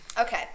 Okay